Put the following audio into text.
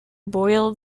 boil